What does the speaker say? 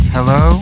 Hello